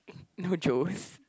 you know Joe's